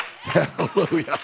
Hallelujah